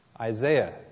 Isaiah